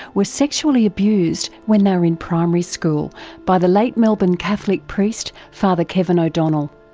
were sexually abused when they were in primary school by the late melbourne catholic priest father kevin o'donnell.